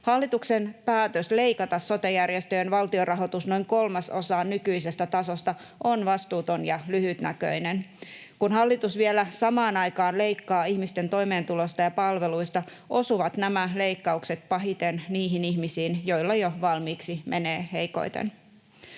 Hallituksen päätös leikata sote-järjestöjen valtionrahoitus noin kolmasosaan nykyisestä tasosta on vastuuton ja lyhytnäköinen. Kun hallitus vielä samaan aikaan leikkaa ihmisten toimeentulosta ja palveluista, osuvat nämä leikkaukset pahiten niihin ihmisiin, joilla jo valmiiksi menee heikoiten.